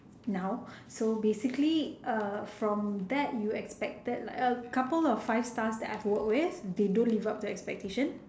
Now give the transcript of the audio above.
now so basically uh from that you expected like a couple of five stars I've worked with they don't live up to expectation